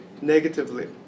negatively